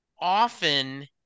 often